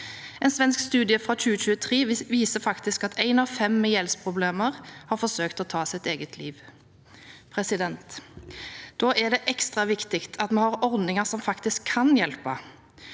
En svensk studie fra 2023 viser faktisk at en av fem med gjeldsproblemer har forsøkt å ta sitt eget liv. Da er det ekstra viktig at vi har ordninger som faktisk kan hjelpe.